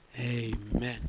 Amen